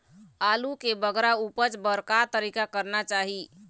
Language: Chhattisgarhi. आलू के बगरा उपज बर का तरीका करना चाही?